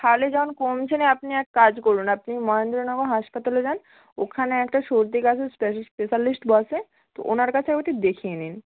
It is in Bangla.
তাহলে যখন কমছে না আপনি এক কাজ করুন আপনি মহেন্দ্রনগর হাসপাতালে যান ওখানে একটা সর্দি কাশির স্পেশালিস্ট বসে তো ওনার কাছে একবারটি দেখিয়ে নিন